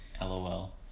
LOL